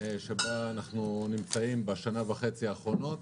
שבה אנחנו נמצאים בשנה וחצי האחרונות.